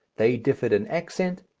they differed in accent,